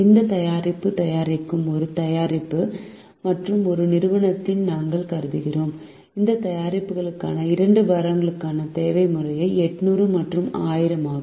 இந்த தயாரிப்பு தயாரிக்கும் ஒரு தயாரிப்பு மற்றும் ஒரு நிறுவனத்தை நாங்கள் கருதுகிறோம் இந்த தயாரிப்புக்கான 2 வாரங்களுக்கான தேவை முறையே 800 மற்றும் 1000 ஆகும்